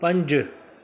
पंज